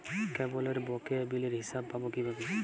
কেবলের বকেয়া বিলের হিসাব পাব কিভাবে?